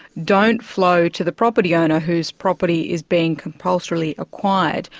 don't flow to the property owner, whose property is being compulsorily acquired,